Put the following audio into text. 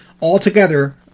altogether